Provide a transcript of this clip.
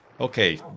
okay